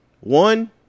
one